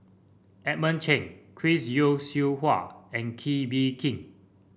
Edmund Cheng Chris Yeo Siew Hua and Kee Bee Khim